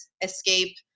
escape